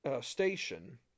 station